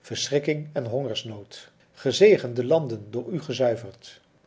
verschrikking en hongersnood gezegend de landen door u gezuiverd